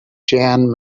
jan